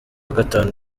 gatanu